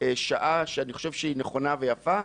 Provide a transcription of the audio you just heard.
שעה שאני חושב שהיא נכונה ויפה,